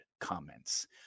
comments